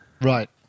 Right